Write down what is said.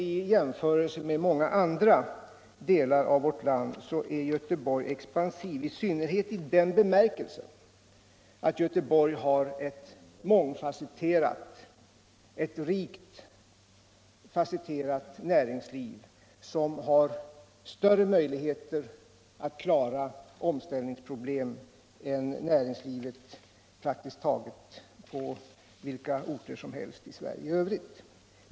I jämförelse med många andra delar av vårt land är Göteborg expansivt, i synnerhet i den bemärkelsen att Göteborg har ett rikt fasetterat näringsliv, som har större möjligheter att klara omställningsproblem än näringslivet på praktiskt taget vilka orter som helst i Sverige i övrigt.